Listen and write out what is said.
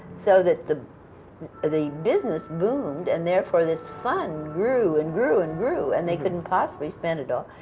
so that the the business boomed, and therefore this fund grew and grew and grew, and they couldn't possibly spend it all.